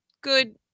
good